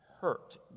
hurt